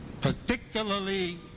Particularly